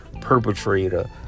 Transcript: perpetrator